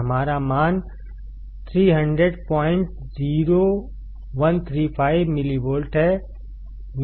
हमारा मान 3000135 मिलीवोल्ट है